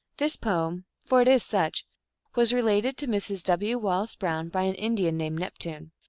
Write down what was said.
this poem for it is such was related to mrs. w. wallace brown by an indian named neptune.